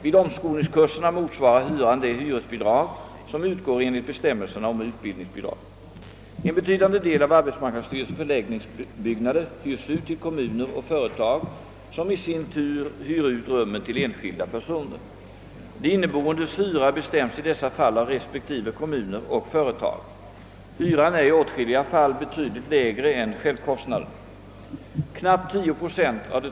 Vid omskolningskurserna motsvarar hyran det hyresbidrag som utgår enligt bestämmelserna om utbildningsbidrag. En betydande del av arbetsmarknadsstyrelsens = förläggningsbyggnader hyrs ut till kommuner och företag, som i sin tur hyr ut rummen till enskilda personer. De inneboendes hyra bestäms i dessa fall av respektive kommuner och företag. Hyran är i åtskilliga fall betydligt lägre än självkostnaden.